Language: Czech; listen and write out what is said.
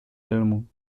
filmů